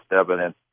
evidence